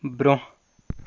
برٛونٛہہ